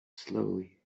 slowly